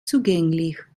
zugänglich